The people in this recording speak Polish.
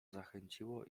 zachęciło